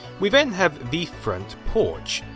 we then have the front porch,